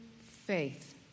faith